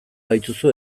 badituzu